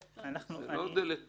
זו לא דלת פתוחה,